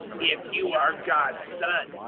if you are god's son,